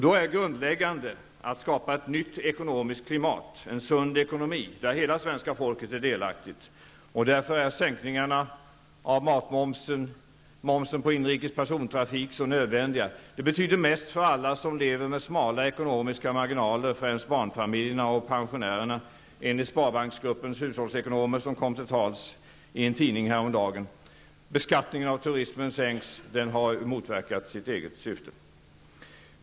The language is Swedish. Det grundläggande är att skapa ett nytt ekonomiskt klimat -- en sund ekonomi, där hela svenska folket är delaktigt. Därför är sänkningarna av momsen på maten och på inrikes persontrafik så nödvändiga. De betyder mest för alla som lever med smala ekonomiska marginaler -- främst barnfamiljerna och pensionärerna -- enligt Sparbanksgruppens hushållsekonomer, som kom till tals i en tidning häromdagen. Beskattningen av turismen sänks. Den har motverkat sitt eget syfte.